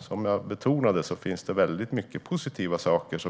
Som jag betonade görs många positiva saker,